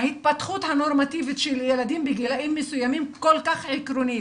ההתפתחות הנורמטיבית של ילדים בגילאים מסוימים היא עקרונית מאוד.